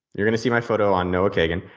you're going to see my photo on noah kagan.